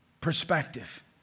perspective